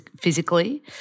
physically